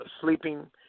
sleeping